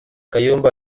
kayumba